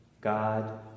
God